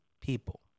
people